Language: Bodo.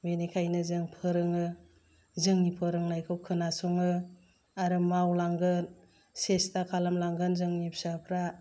बेनिखायनो जों फोरोङो जोंनि फोरोंनायखौ खोनासङो आरो मावलांगोन सेस्था खालामलांगोन जोंनि फिसाफ्रा